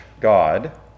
God